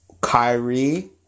Kyrie